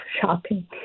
shopping